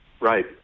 Right